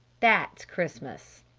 that's christmas!